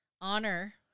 honor